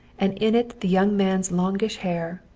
and in it the young man's longish hair,